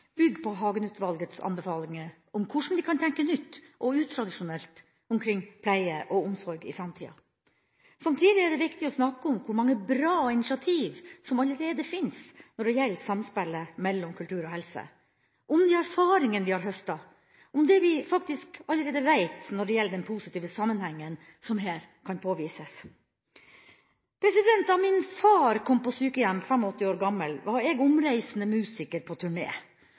på Hagen-utvalgets anbefalinger om hvordan vi kan tenke nytt og utradisjonelt omkring pleie og omsorg i framtida. Samtidig er det viktig å snakke om hvor mange bra initiativ som allerede finnes når det gjelder samspillet mellom kultur og helse, om de erfaringene vi har høstet, og om det vi faktisk allerede vet, når det gjelder den positive sammenhengen som her kan påvises. Da min far kom på sykehjem, 85 år gammel, var jeg omreisende musiker på